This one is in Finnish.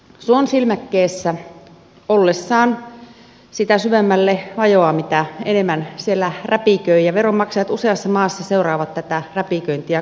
suonsilmäkkeessä ollessaan sitä syvemmälle vajoaa mitä enemmän siellä räpiköi ja veronmaksajat useassa maassa seuraavat tätä räpiköintiä kauhuissaan